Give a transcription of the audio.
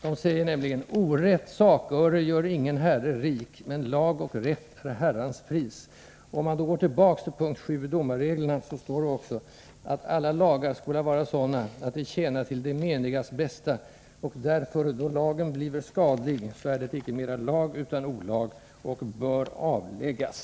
Den lyder: ”Orätt saköre gör ingen herre rik: Men lag och rätt är Herrans pris.” Om man går tillbaka till punkt 7 i domarreglerna, finner man vidare följande ord: ” Alla lagar skola vara sådana, att de tjäna till det meniga bästa, och därföre då lagen bliver skadlig, så är det icke mera lag, utan olag, och bör avläggas.”